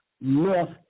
north